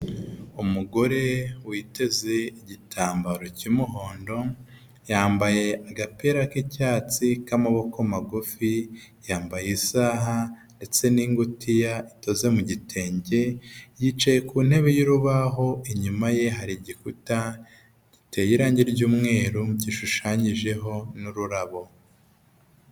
Umugore witeze igitambaro cy'umuhondo, yambaye agapira k'icyatsi k'amaboko magufi, yambaye isaha ndetse n'ingutiya idoze mu gitenge, yicaye ku ntebe y'urubaho, inyuma ye hari igikuta giteye irangi ry'umweru gishushanyijeho n'ururabo.